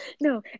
No